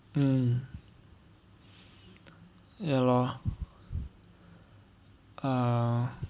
mm ya lor ah